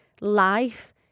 life